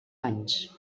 anys